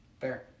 Fair